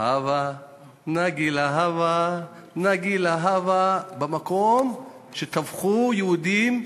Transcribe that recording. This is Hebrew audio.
"הבה נגילה, נגילה הבה" במקום שטבחו יהודים,